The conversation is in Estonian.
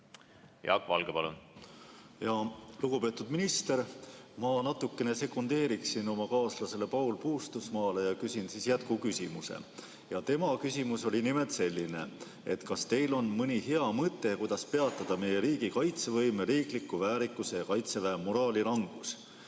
Jaak Valge, palun! Lugupeetud minister! Ma natukene sekundeerin oma kaaslasele Paul Puustusmaale ja küsin jätkuküsimuse. Tema küsimus oli nimelt selline, et kas teil on mõni hea mõte, kuidas peatada meie riigi kaitsevõime, riikliku väärikuse ja Kaitseväe moraali langus.